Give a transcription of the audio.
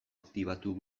aktibatu